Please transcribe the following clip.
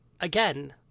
again